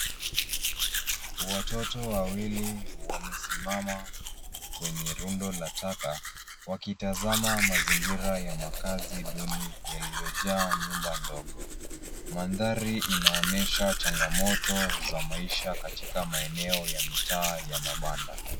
Watoto wawili wamesimama kwenye rundo la taka wakitazama mazingira ya makazi duni yaliyojaa nyumba ndogo. Mandhari inaonyesha changamoto za maisha katika maeneo ya mitaa ya mabanda.